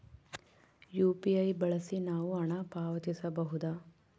UPI ಬಳಸಿ ನಾವು ಹಣ ಪಾವತಿಸಬಹುದಾ?